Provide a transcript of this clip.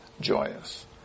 joyous